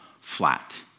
flat